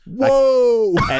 whoa